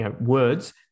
words